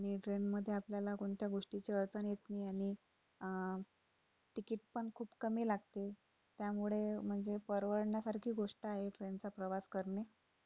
आनी ट्रेनमध्ये आपल्याला कोणत्या गोष्टीची अडचण येत नाही आणि तिकीट पण खूप कमी लागते त्यामुळे म्हणजे परवडण्यासारखी गोष्ट आहे त्यांचा प्रवास करणे